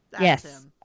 Yes